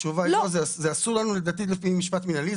זה אסור לנו לדעתי לפי משפט מנהלי,